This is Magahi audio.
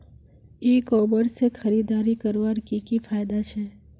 ई कॉमर्स से खरीदारी करवार की की फायदा छे?